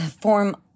form